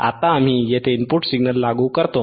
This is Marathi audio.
आता आम्ही येथे इनपुट सिग्नल लागू करतो